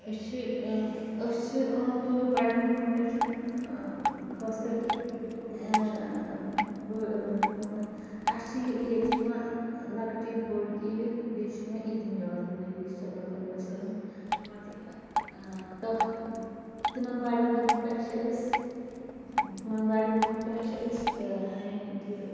أسۍ چھِ أسۍ چھِ عام طور بَڑٮ۪ن دۄہَن پٮ۪ٹھ خاص کَر اَسہِ چھِ یہِ ییٚتہِ یِوان لَکٕٹۍ عیٖد بٔڑ عیٖد بیٚیہِ چھِ یِوان عیٖدِ مِلاد نبی صلی اللہ علیہ وَسَلم تہٕ تَتھ تِمَن بَڑٮ۪ن دۄہَن پٮ۪ٹھ چھِ أسۍ تِمَن بَڑٮ۪ن دۄہَن پٮ۪ٹھ چھِ أسۍ یہِ